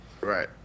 right